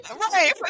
right